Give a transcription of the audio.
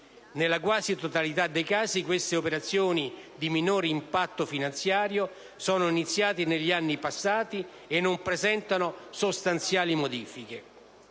Nella quasi totalità dei casi, queste operazioni di minor impatto finanziario sono state avviate negli anni passati e non presentano sostanziali modifiche.